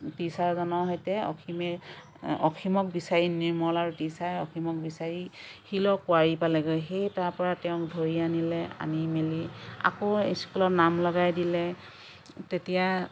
টিচাৰজনৰ সৈতে অসীমে অসীমক বিচাৰি নিৰ্মল আৰু টিচাৰে অসীমক বিচাৰি শিলৰ কোৱাৰি পালেগৈ সেই তাৰপৰা তেওঁক ধৰি আনিলে আনি মেলি আকৌ স্কুলত নাম লগাই দিলে তেতিয়া